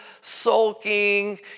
sulking